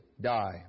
die